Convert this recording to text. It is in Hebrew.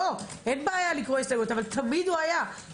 אין בעיה לקרוא הסתייגויות אבל תמיד הוא היה.